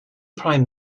prime